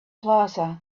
plaza